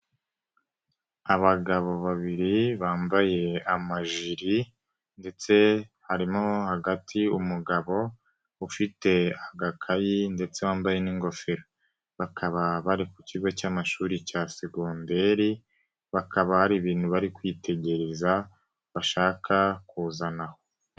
Abagabo babiri bambaye amajiri ndetse harimo hagati umugabo ufite agakayi ndetse wambaye n'ingofero. Bakaba bari ku kigo cy'amashuri cya segonderi, bakaba hari ibintu bari kwitegereza bashaka kuzana aho.